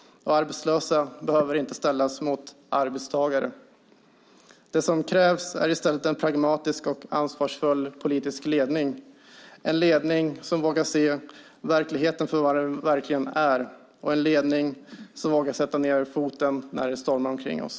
Och arbetslösa behöver inte ställs mot arbetstagare. Det som krävs är i stället en pragmatisk och ansvarsfull politisk ledning - en ledning som vågar se verkligheten för vad den verkligen är, en ledning som vågar sätta ned foten när det stormar omkring oss.